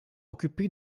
occupé